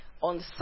On